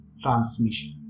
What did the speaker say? transmission